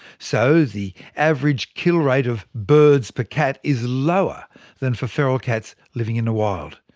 so the average kill rate of birds per cat is lower than for feral cats living in the wild.